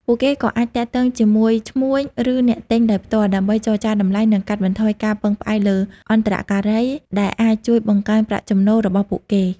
ពួកគេក៏អាចទាក់ទងជាមួយឈ្មួញ ឬអ្នកទិញដោយផ្ទាល់ ដើម្បីចរចាតម្លៃ និងកាត់បន្ថយការពឹងផ្អែកលើអន្តរការី ដែលអាចជួយបង្កើនប្រាក់ចំណូលរបស់ពួកគេ។